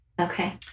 Okay